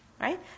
Right